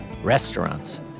restaurants